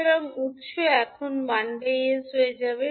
সুতরাং উত্স এখন 1 s হয়ে যাবে